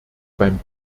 beim